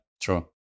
true